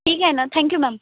ठीक आहे ना थँक्यू मॅम